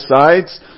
sides